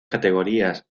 categorías